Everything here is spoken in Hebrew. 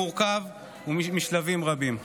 ומורכב משלבים רבים.